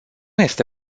este